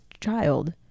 child